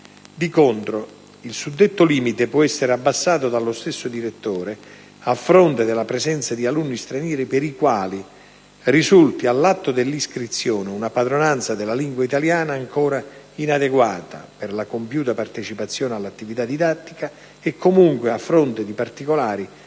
Di contro, il suddetto limite può essere abbassato dallo stesso direttore a fronte della presenza di alunni stranieri per i quali risulti all'atto dell'iscrizione una padronanza della lingua italiana ancora inadeguata per la compiuta partecipazione all'attività didattica e comunque a fronte di particolari e